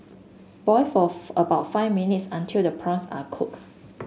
boil forth about five minutes until the prawns are cooked